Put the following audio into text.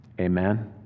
Amen